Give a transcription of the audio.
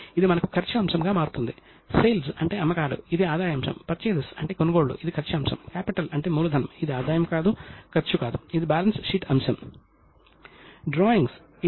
ఇప్పుడు అకౌంటెంట్లు పూర్తి చేసిన ఖాతాలను ప్రధాన కార్యాలయానికి ఇవ్వవలసి ఉంది